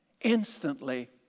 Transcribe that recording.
instantly